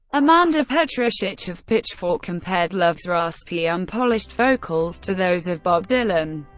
amanda petrusich of pitchfork compared love's raspy, unpolished vocals to those of bob dylan.